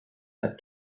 said